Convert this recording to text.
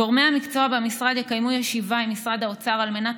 גורמי המקצוע במשרד יקיימו ישיבה עם משרד האוצר על מנת